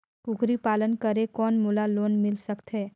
कूकरी पालन करे कौन मोला लोन मिल सकथे?